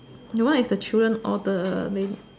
your one is the children or the baby